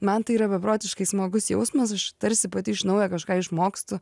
man tai yra beprotiškai smagus jausmas aš tarsi pati iš naujo kažką išmokstu